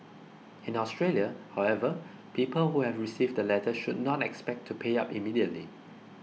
in Australia however people who have received the letters should not expect to pay up immediately